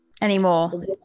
Anymore